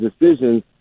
decisions